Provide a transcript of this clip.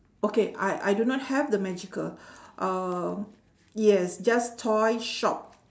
okay I I do not have the magical uhh yes just toy shop